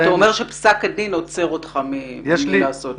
אתה אומר שפסק הדין עוצר אותך מלעשות את זה.